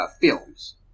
films